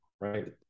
Right